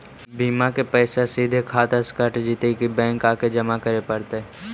बिमा के पैसा सिधे खाता से कट जितै कि बैंक आके जमा करे पड़तै?